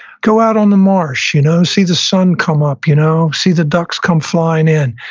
go out on the marsh, you know see the sun come up, you know see the ducks come flying in.